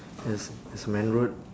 yes there's a main road